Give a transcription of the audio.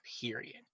Period